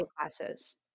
classes